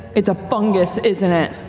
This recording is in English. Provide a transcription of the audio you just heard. it's a fungus, isn't it?